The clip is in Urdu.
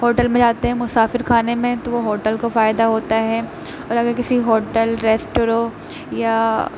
ہوٹل میں جاتے ہیں مسافر خانے میں تو وہ ہوٹل کو فائدہ ہوتا ہے اور اگر کسی ہوٹل ریسٹورو یا